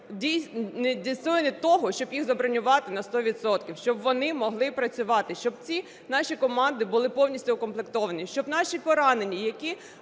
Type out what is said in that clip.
достойні того, щоб їх забронювати на 100 відсотків, щоб вони могли працювати, щоб ці наші команди були повністю укомплектовані, щоб наші поранені, які…